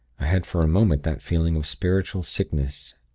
i had for a moment that feeling of spiritual sickness,